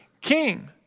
king